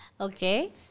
Okay